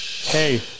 hey